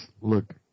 look